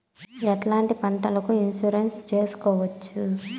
ఎట్లాంటి పంటలకు ఇన్సూరెన్సు చేసుకోవచ్చు?